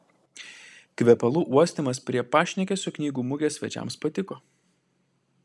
kvepalų uostymas prie pašnekesio knygų mugės svečiams patiko